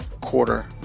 quarter